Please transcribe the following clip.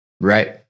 Right